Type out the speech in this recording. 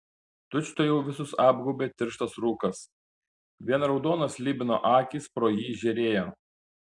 tučtuojau visus apgaubė tirštas rūkas vien raudonos slibino akys pro jį žėrėjo